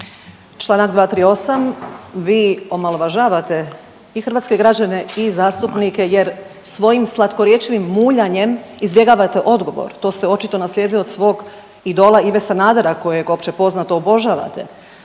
Članak 238., vi omalovažavate i hrvatske građane i zastupnike jer svojim slatkorječivim muljanjem izbjegavate odgovor. To ste očito naslijedili od svog idola Ive Sanadera kojeg općepoznato obožavate.